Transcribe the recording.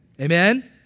Amen